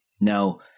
Now